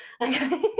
Okay